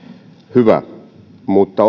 hyvä mutta